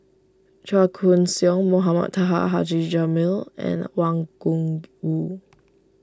Chua Koon Siong Mohamed Taha Haji Jamil and Wang Gungwu